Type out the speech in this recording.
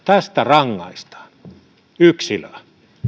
tästä rangaistaan yksilöä